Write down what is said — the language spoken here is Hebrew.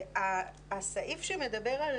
הסעיף שמדבר על